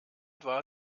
war